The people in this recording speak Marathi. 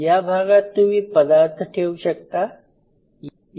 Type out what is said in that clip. या भागात तुम्ही पदार्थ ठेऊ शकतात